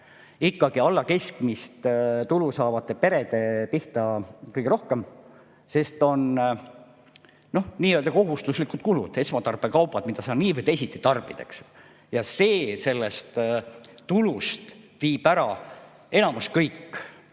ikkagi alla keskmist tulu saavate perede pihta kõige rohkem. Sest on nii-öelda kohustuslikud kulud, esmatarbekaubad, mida sa nii või teisiti tarbid, eks, ja see viibki tulust ära enamiku,